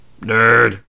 Nerd